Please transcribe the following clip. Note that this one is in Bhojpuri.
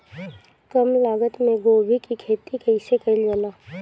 कम लागत मे गोभी की खेती कइसे कइल जाला?